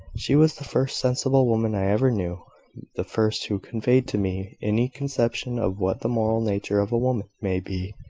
she was the first sensible woman i ever knew the first who conveyed to me any conception of what the moral nature of a woman may be,